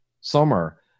summer